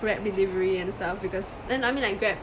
Grab delivery and stuff because then I mean like Grab